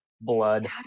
blood